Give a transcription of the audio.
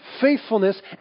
faithfulness